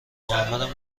محمدم